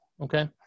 okay